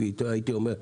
הייתי אומר,